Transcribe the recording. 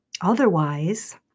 Otherwise